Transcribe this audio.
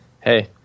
Hey